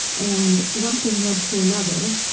and one thing led to another,